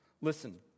Listen